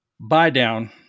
buy-down